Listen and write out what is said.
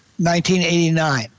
1989